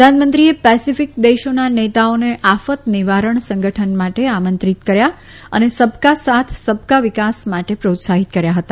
પ્રધાનમંત્રીએ પેસેફીક દેશોના નેતાઓને આફત નિવારણ સંગઠન માટે આમંત્રીત કર્યા અને સબકા સાથ સબકા વિકાસ માટે પ્રત્સાફીત કર્યા હતા